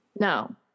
No